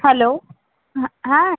hello হ্যাঁ